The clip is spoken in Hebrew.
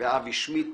ואבי שמידט,